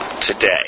today